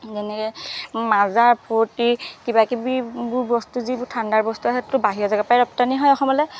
যেনেকৈ মাজা ফ্ৰুটি কিবাকিবিবোৰ বস্তু যিবোৰ ঠাণ্ডাৰ বস্তু আহে বাহিৰৰ জেগাৰ পৰাই ৰপ্তানি হয় অসমলৈ